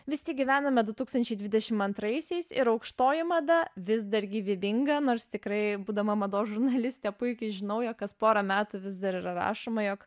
vis tik gyvename du tūkstančiai dvidešim antraisiais ir aukštoji mada vis dar gyvybinga nors tikrai būdama mados žurnalistė puikiai žinau jog kas pora metų vis dar yra rašoma jog